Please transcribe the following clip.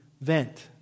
vent